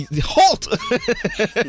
Halt